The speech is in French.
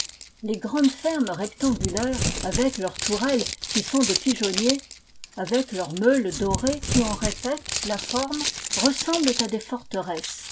les grandes fermes rectangulaires avec leurs tourelles qui sont des pigeonniers avec leurs meules dorées qui en répètent la forme ressemblent à des forteresses